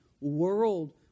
world